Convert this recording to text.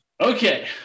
Okay